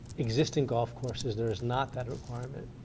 existing golf courses, there is not that requirement.